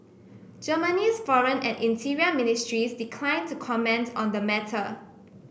Germany's foreign and interior ministries declined to comment on the matter